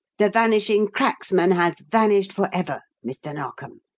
the vanishing cracksman has vanished forever, mr. narkom,